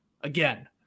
again